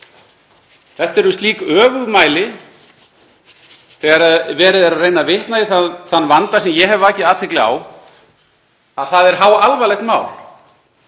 Þetta eru slík öfugmæli þegar verið er að reyna að vitna í þann vanda sem ég hef vakið athygli á að það er háalvarlegt mál.